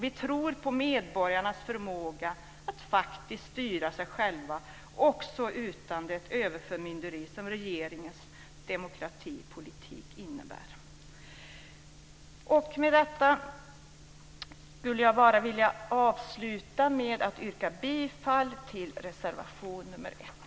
Vi tror på medborgarnas förmåga att faktiskt styra sig själva, också utan det överförmynderi som regeringens demokratipolitik innebär. Jag skulle vilja avsluta med att yrka bifall till reservation nr 1.